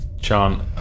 chant